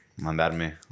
mandarme